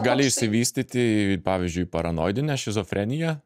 gali išsivystyti pavyzdžiui paranoidinė šizofrenija